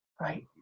right